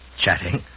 chatting